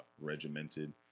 regimented